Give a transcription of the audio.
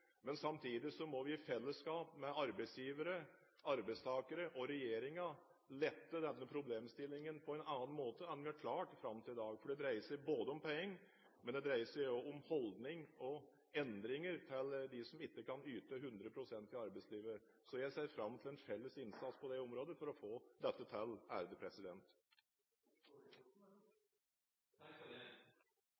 Men samtidig må vi i fellesskap med arbeidsgivere, arbeidstakere og regjeringen lette denne problemstillingen på en annen måte enn det vi har klart fram til i dag, for det dreier seg både om penger og om holdninger til og endringer for dem som ikke kan yte 100 pst. i arbeidslivet. Så jeg ser fram til en felles innsats på det området for å få dette til.